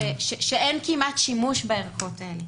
שאין כמעט שימוש בערכות האלה.